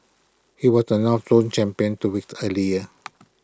he was the north zone champion two weeks earlier